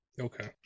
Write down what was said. Okay